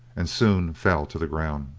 and soon fell to the ground.